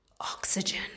oxygen